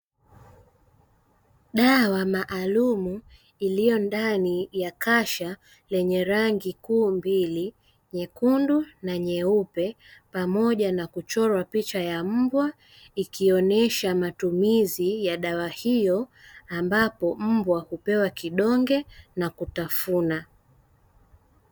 Dawa maalumu iliyo ndani ya kasha lenye rangi kuu mbili, nyekundu na nyeupe pamoja na kuchorwa picha ya mbwa ikionyesha matumizi ya dawa hiyo ambapo mbwa hupewa kidonge na kutafuna.